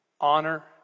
Honor